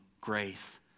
grace